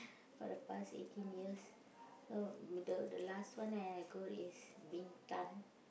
for the past eighteen years so the last I go to is Bintan